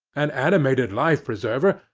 an animated life-preserver,